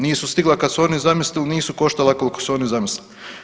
Nisu stigla kad su oni zamislili, nisu koštala koliko su oni zamislili.